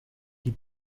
die